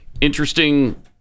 Interesting